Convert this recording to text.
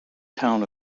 town